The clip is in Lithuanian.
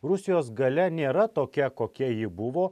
rusijos galia nėra tokia kokia ji buvo